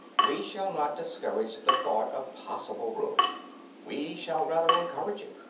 we shall not discourage the thought of possible ruin we shall rather encourage it.